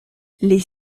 les